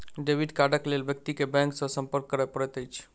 debit कार्डक लेल व्यक्ति के बैंक सॅ संपर्क करय पड़ैत अछि